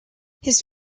his